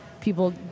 people